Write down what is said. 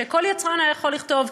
שכל יצרן היה יכול לכתוב: